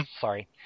Sorry